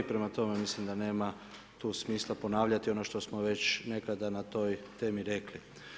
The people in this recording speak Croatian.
Prema tome, mislim da nema tu smisla ponavljati ono što smo već nekada na toj temi rekli.